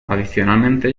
adicionalmente